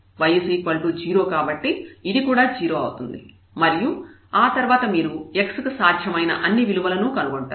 y 0 కాబట్టి ఇది కూడా 0 అవుతుంది మరియు ఆ తర్వాత మీరు x కి సాధ్యమైన అన్ని విలువలను కనుగొంటారు